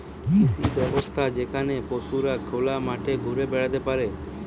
কৃষি ব্যবস্থা যেখানে পশুরা খোলা মাঠে ঘুরে বেড়াতে পারে